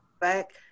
back